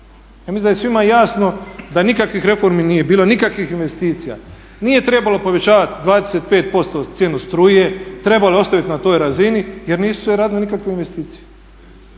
Ja mislim da je svima jasno da nikakvih reformi nije bilo, nikakvih investicija. Nije trebalo povećavati 25% cijenu struje, trebalo je ostaviti na toj razini jer nisu se radile nikakve investicije.